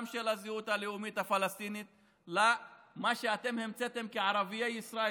גם של הזהות הלאומית הפלסטינית למה שאתם המצאתם כערביי ישראל,